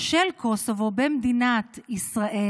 של קוסובו במדינת ישראל,